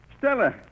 Stella